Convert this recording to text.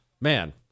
man